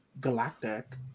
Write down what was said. galactic